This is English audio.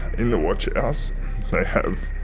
in the watch house they have.